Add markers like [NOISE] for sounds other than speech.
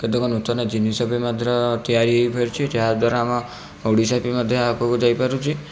କେତେକ ନୂତନ ଜିନିଷ ବି [UNINTELLIGIBLE] ତିଆରି ହୋଇପାରୁଛି ଯାହା ଦ୍ଵାରା ଆମ ଓଡ଼ିଶା ବି ମଧ୍ୟ ଆଗକୁ ଯାଇପାରୁଛି